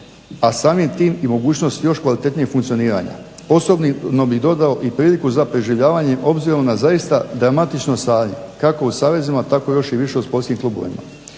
a samim tim i mogućnost još kvalitetnijeg funkcioniranja. Osobno bih dodao i priliku za preživljavanje obzirom na zaista dramatično stanje kako u Savezima tako još više u sportskim klubovima.